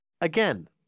Again